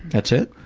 that's it?